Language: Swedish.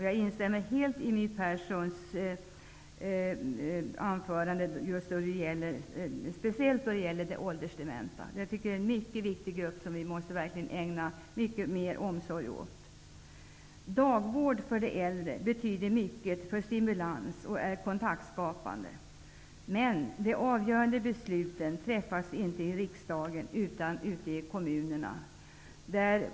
Jag instämmer helt i My Perssons anförande när det gäller de åldersdementa. Det är en mycket viktig grupp som vi måste ägna mycket mer omsorg åt. Dagvård för de äldre betyder mycket för stimulansen, och den är kontaktskapande. Men de avgörande besluten fattas inte i riksdagen, utan ute i kommunerna.